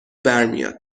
برمیاد